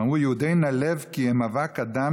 הם אמרו: יהודי נאלבקי הם אבק אדם